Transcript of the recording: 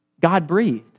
God-breathed